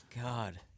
God